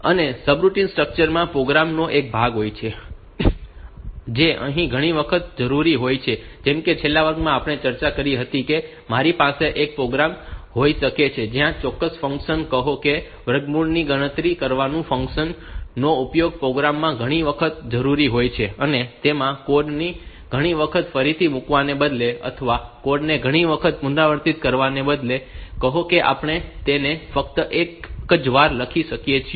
અને subroutine structure માં તે પ્રોગ્રામ નો એક ભાગ હોય છે જે અહીં ઘણી વખત જરૂરી હોય છે જેમ કે છેલ્લા વર્ગમાં આપણે ચર્ચા કરી હતી કે મારી પાસે એક પ્રોગ્રામ હોઈ શકે છે જ્યાં ચોક્કસ ફંક્શન કહો કે વર્ગમૂળની ગણતરી કરવાનું ફંક્શન નો ઉપયોગ પ્રોગ્રામ માં ઘણી વખત જરૂરી હોય છે અને તેમાં કોડ ને ઘણી વખત ફરીથી મુકવાને બદલે અથવા કોડ ને ઘણી વખત પુનરાવર્તિત કરવાને બદલે કહો કે આપણે તેને ફક્ત એક જ વાર લખી શકીએ છીએ